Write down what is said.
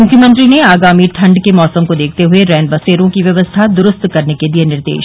मुख्यमंत्री ने आगामी ठण्ड के मौसम को देखते हुए रैन बसेरो की व्यवस्था दुरूस्त के दिए निर्देश